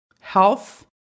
health